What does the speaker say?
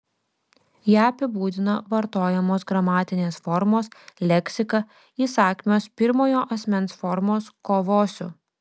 ją apibūdina vartojamos gramatinės formos leksika įsakmios pirmojo asmens formos kovosiu